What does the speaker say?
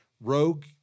Rogue